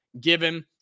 given